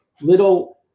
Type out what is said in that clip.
little